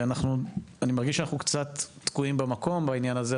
אני מרגיש שאנחנו קצת תקועים במקום בעניין הזה,